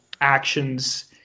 actions